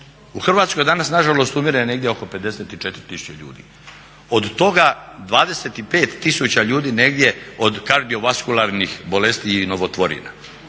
U Hrvatskoj danas nažalost umire negdje oko 54 tisuće ljudi, od toga 25 tisuća ljudi negdje od kardiovaskularnih bolesti i novotvorina